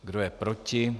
Kdo je proti?